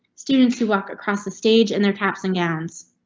students who walk across the stage in their caps and gowns.